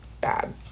bad